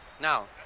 Now